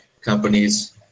companies